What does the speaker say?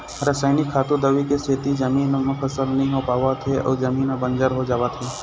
रसइनिक खातू, दवई के सेती जमीन म फसल नइ हो पावत हे अउ जमीन ह बंजर हो जावत हे